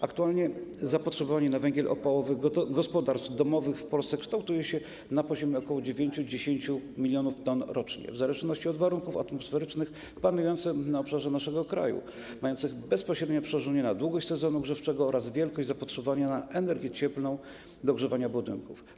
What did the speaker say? Aktualnie zapotrzebowanie na węgiel opałowy gospodarstw domowych w Polsce kształtuje się na poziomie ok. 9-10 mln t rocznie, w zależności od warunków atmosferycznych panujących na obszarze naszego kraju, mających bezpośrednie przełożenie na długość sezonu grzewczego oraz wielkość zapotrzebowania na energię cieplną do ogrzewania budynków.